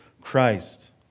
Christ